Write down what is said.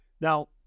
Now